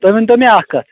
تُہی ؤنۍ تو مےٚ اکھ کَتھ